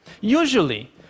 Usually